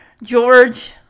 George